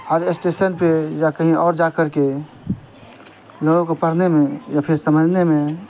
ہر station پہ یا کہیں اور جا کر کے لوگوں کو پڑھنے میں یا پھر سمجھنے میں